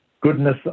goodness